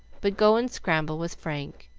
but go and scramble with frank.